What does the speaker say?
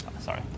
Sorry